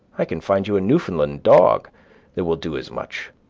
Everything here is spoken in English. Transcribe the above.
i can find you a newfoundland dog that will do as much.